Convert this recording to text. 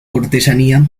cortesanía